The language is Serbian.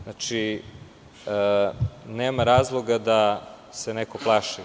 Znači, nema razloga da se neko plaši.